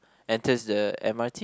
enters the m_r_t